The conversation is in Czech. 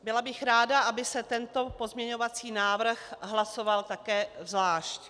Byla bych ráda, aby se tento pozměňovací návrh hlasoval také zvlášť.